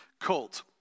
colt